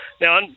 now